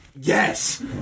Yes